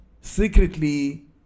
secretly